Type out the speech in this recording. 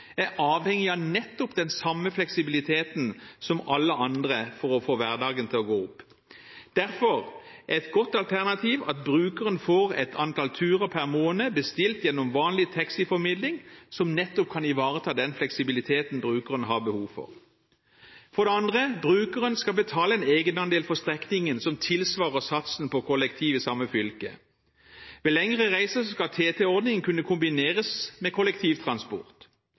er avhengig av nettopp den samme fleksibiliteten som alle andre for å få hverdagen til å gå opp. Derfor er – punkt 1 – et godt alternativ at brukeren får et antall turer per måned bestilt gjennom vanlig taxiformidling, som nettopp kan ivareta den fleksibiliteten brukeren har behov for. For det andre: Brukeren skal betale en egenandel for strekningen som tilsvarer satsen på kollektiv i samme fylke. Ved lengre reiser skal TT-ordningen kunne kombineres med kollektivtransport.